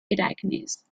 ereignis